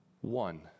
One